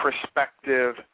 perspective